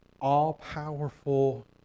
all-powerful